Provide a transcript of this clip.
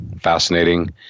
fascinating